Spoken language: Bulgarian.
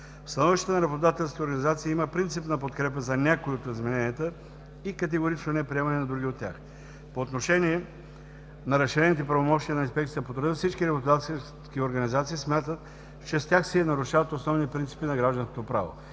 В становищата на работодателските организации има принципна подкрепа за някои от измененията и категорично неприемане на други от тях. По отношение на разширените правомощия на Инспекцията по труда всички работодателски организации смятат, че с тях се нарушават основни принципи на гражданското право.